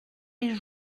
les